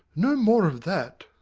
no more of that.